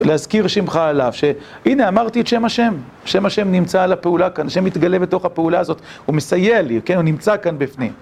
להזכיר שמך עליו, שהנה אמרתי את שם השם, שם השם נמצא על הפעולה כאן. השם מתגלה בתוך הפעולה הזאת, הוא מסייע לי, כן? הוא נמצא כאן בפנים